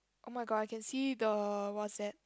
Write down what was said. oh my god I can see the what's that